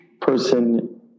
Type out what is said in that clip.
person